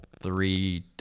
three